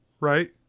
right